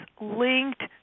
linked